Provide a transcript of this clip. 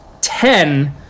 ten